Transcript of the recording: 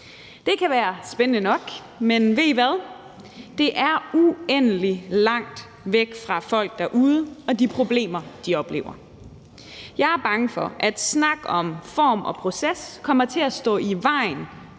Det kan være spændende nok, men ved I hvad? Det er uendelig langt væk fra folk derude og de problemer, som de oplever. Jeg er bange for, at snak om form og proces kommer til at stå i vejen